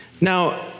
Now